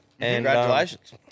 Congratulations